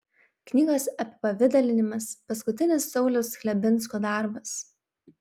knygos apipavidalinimas paskutinis sauliaus chlebinsko darbas